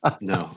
No